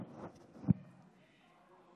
הערבית.